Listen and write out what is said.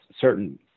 certain